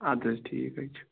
اَدٕ حظ ٹھیٖک ہے چھُ